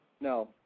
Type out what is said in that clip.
No